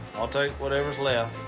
i ll take whatever s left.